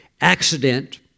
accident